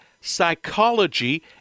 Psychology